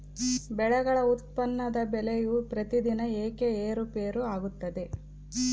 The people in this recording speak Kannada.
ಬೆಳೆಗಳ ಉತ್ಪನ್ನದ ಬೆಲೆಯು ಪ್ರತಿದಿನ ಏಕೆ ಏರುಪೇರು ಆಗುತ್ತದೆ?